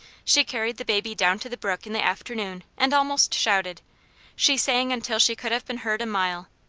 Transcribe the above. she carried the baby down to the brook in the afternoon and almost shouted she sang until she could have been heard a mile.